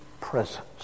presence